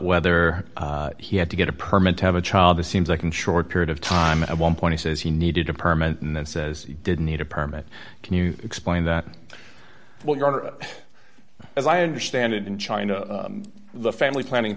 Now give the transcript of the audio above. whether he had to get a permit to have a child this seems like a short period of time at one point he says he needed a permit and then says he didn't need a permit can you explain that well your honor as i understand it in china the family planning